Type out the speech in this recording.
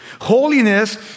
Holiness